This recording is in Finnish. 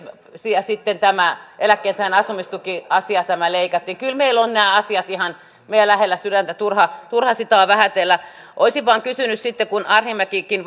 sitten tämä eläkkeensaajan asumistukiasia tämä leikattiin kyllä meillä ovat nämä asiat ihan lähellä sydäntä turha turha sitä on vähätellä olisin vain kysynyt että kun edustaja arhinmäkikin